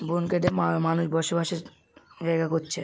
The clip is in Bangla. বন কেটে মানুষ বসবাসের জায়গা করছে